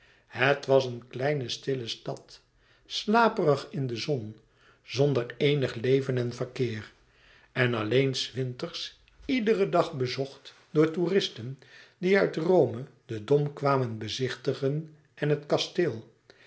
het was een kleine stille stad slaperig in de zon zonder eenig leven en verkeer en alleen s winters iederen dag bezocht door toeristen die uit rome den dom kwamen bezichtigen en het kasteel